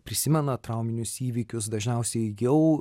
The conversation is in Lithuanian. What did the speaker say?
prisimena trauminius įvykius dažniausiai jau